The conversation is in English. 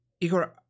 Igor